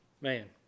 man